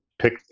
pick